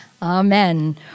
Amen